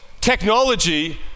technology